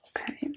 okay